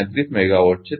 33 megawatt છે